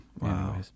wow